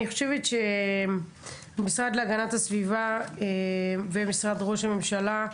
אני חושבת שהמשרד להגנת הסביבה ומשרד ראש הממשלה,